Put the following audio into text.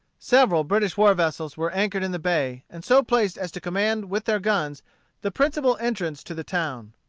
several british war-vessels were anchored in the bay, and so placed as to command with their guns the principal entrance to the town.